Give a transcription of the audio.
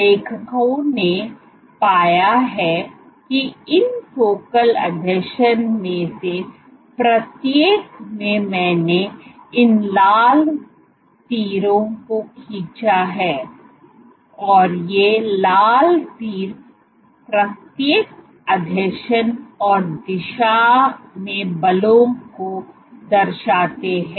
लेखकों ने पाया कि इन फोकल आसंजन में से प्रत्येक में मैंने इन लाल तीरों को खींचा है और ये लाल तीर प्रत्येक आसंजन और दिशा में बलों को दर्शाते हैं